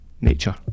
nature